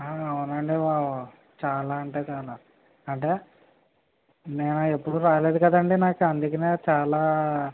అవునండీ బాబు చాలా అంటే చాలా అంటే మేము ఎప్పుడు రాలేదు కదండీ నాకు అందుకనే చాలా